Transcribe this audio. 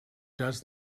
does